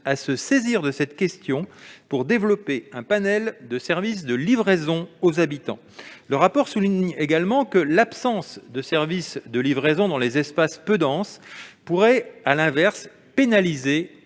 à se saisir de cette question pour développer un panel de services de livraison aux habitants. » Le rapport souligne également que l'absence de service de livraison dans les espaces peu denses pourrait pénaliser